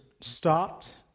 stopped